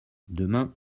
demain